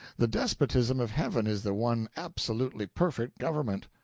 the despotism of heaven is the one absolutely perfect government.